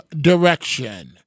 direction